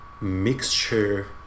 mixture